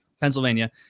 pennsylvania